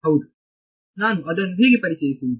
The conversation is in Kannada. ಹೌದು ನಾನು ಅದನ್ನು ಹೇಗೆ ಪರಿಚಯಿಸುವುದು